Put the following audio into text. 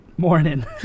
Morning